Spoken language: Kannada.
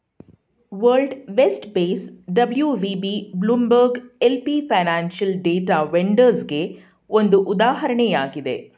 world vest base WVB, Bloomberg LP financial data ವೆಂಡರ್ಸ್ಗೆಗೆ ಒಂದು ಉದಾಹರಣೆಯಾಗಿದೆ